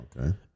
Okay